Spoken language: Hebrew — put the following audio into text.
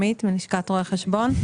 לשכת רואה חשבון.